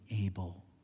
able